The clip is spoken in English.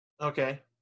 Okay